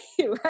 right